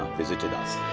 visited us,